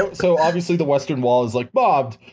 um so obviously the western wall is like mobbed,